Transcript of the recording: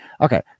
Okay